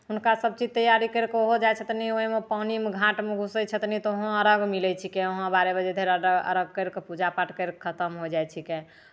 हुनका सभचीज तैयारी करि कऽ ओहो जाइ छथिन ओहिमे पानिमे घाटमे घुसै छथिन तऽ ओहाँ अर्घ्य मिलै छिकै हुआँ बारह बजे अर्घ्य अर्घ्य पड़ि कऽ पूजापाठ करि कऽ खतम हो जाइ छिकै